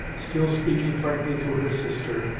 still speaking frankly to her sister,